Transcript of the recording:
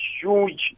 huge